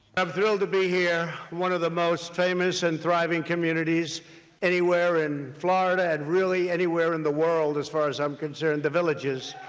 i'm thrilled to be here, one of the most famous and thriving communities anywhere in florida and really anywhere in the world as far as i'm concerned. the villages.